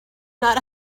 not